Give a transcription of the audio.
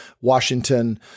Washington